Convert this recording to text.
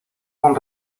con